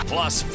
Plus